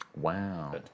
Wow